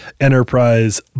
enterprise